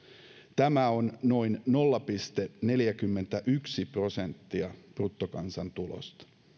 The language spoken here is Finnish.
tämä on noin nolla pilkku neljäkymmentäyksi prosenttia bruttokansantulosta